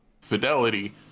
fidelity